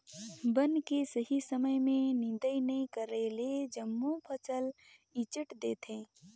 बन के सही समय में निदंई नई करेले जम्मो फसल ईचंट देथे